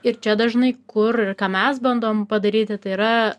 ir čia dažnai kur ką mes bandom padaryti tai yra